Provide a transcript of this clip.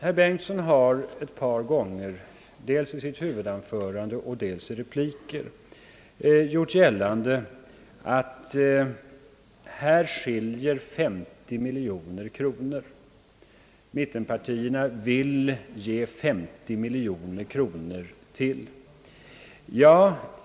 Herr Bengtson har ett par gånger, dels i sitt huvudanförande och dels i repliker, gjort gällande att vad som skiljer oss åt är 50 miljoner kronor; mittenpartierna vill ge ytterligare 50 miljoner kronor i biståndshjälp.